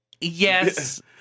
Yes